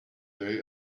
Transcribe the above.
way